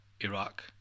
Iraq